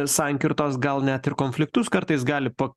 sankirtos gal net ir konfliktus kartais gali pa